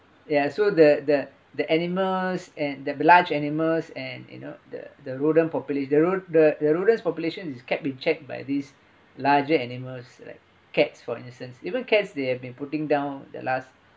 ya so the the the animals and the large animals and you know the the rodent popula~ the the rodent populations is kept in check by these larger animals like cats for instance even cats they have been putting down the last